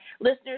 listeners